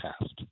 past